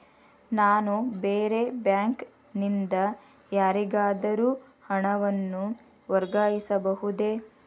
ನಾನು ಬೇರೆ ಬ್ಯಾಂಕ್ ನಿಂದ ಯಾರಿಗಾದರೂ ಹಣವನ್ನು ವರ್ಗಾಯಿಸಬಹುದೇ?